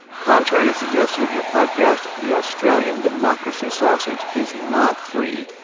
contrary to the suggestion of your podcast, the australian democracy sausage is not free.